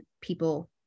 people